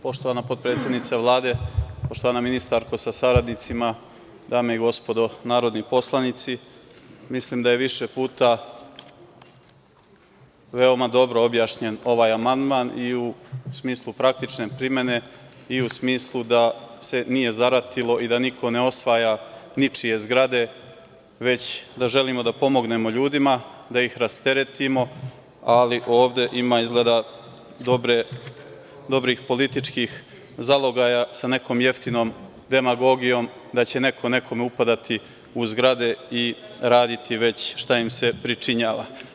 Poštovana potpredsednice Vlade, poštovana ministarko sa saradnicima, dame i gospodo narodni poslanici, mislim da je više puta veoma dobro objašnjen ovaj amandman i u smislu praktične primene i u smislu da se nije zaratilo i da niko ne osvaja ničije zgrade, već da želimo da pomognemo ljudima, da ih rasteretimo, ali ovde ima izgleda dobrih političkih zalogaja sa nekom jeftinom demagogijom da će neko nekome upadati u zgrade i raditi već šta im se pričinjava.